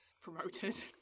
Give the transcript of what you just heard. promoted